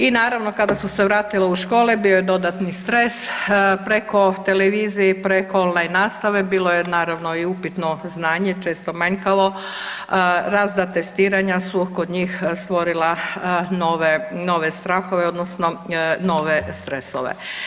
I naravno kada su se vratila u škole bio je dodatni stres, preko televizije i preko on-line nastave bilo je naravno i upitno znanje često manjkavo, razna testiranja su kod njih stvorila nove, nove strahove odnosno nove stresove.